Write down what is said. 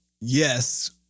yes